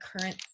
current